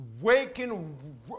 waking